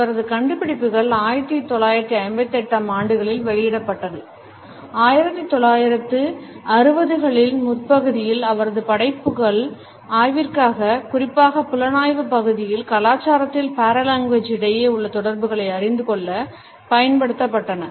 இவரது கண்டுபிடிப்புகள் 1958 ம் ஆண்டுகளில் வெளியிடப்பட்டது 1960 களின்முற்பகுதியில் அவரது படைப்புக்கள் ஆய்விற்காக குறிப்பாக புலனாய்வு பகுதியில் கலாச்சாரத்தில் paralanguage இடையே உள்ள தொடர்புகளை அறிந்து கொள்ள பயன்படுத்த பட்டன